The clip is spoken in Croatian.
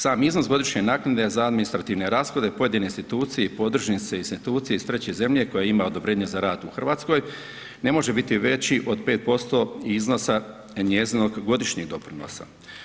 Sam iznos godišnje naknade za administrativne rashode pojedine institucije i podružnice institucije iz treće zemlje koja ima odobrenje za rad u Hrvatskoj ne može biti veći od 5% iznosa njezinog godišnjeg doprinosa.